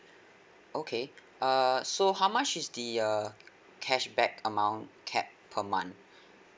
okay err so how much is the uh cashback amount cap per month